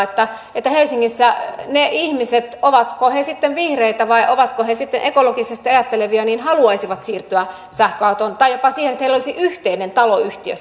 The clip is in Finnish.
että helsingissä ihmiset ovatko he sitten vihreitä vai ovatko he sitten ekologisesti ajattelevia haluaisivat siirtyä sähköautoon tai jopa että heillä olisi yhteinen auto taloyhtiössä